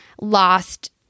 lost